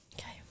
Okay